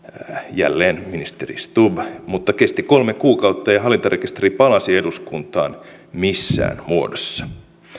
jälleen ministeri stubb mutta kesti kolme kuukautta ja ja hallintarekisteri palasi eduskuntaan missään muodossa